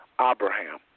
Abraham